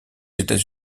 états